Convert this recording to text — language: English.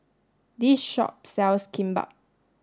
this shop sells Kimbap